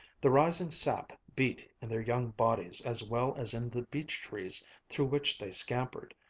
the rising sap beat in their young bodies as well as in the beech-trees through which they scampered,